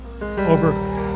Over